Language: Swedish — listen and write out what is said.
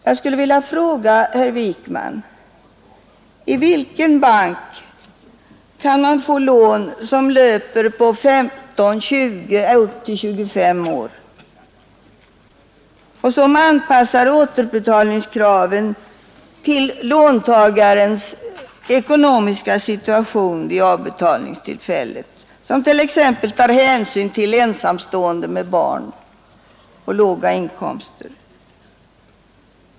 Jag skulle vilja fråga herr Wijkman: Vilken bank beviljar lån som löper på 15, 20, ja, upp till 25 år och anpassar återbetalningskraven till låntagarens ekonomiska situation vid avbetalningstillfället samt tar hänsyn till att vederbörande t.ex. är ensamstående med barn och har låga inkomster?